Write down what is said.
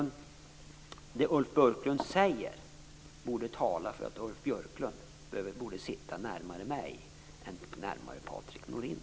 Det Ulf Björklund säger talar för att Ulf Björklund borde sitta närmare mig än Patrik Norinder.